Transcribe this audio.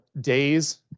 days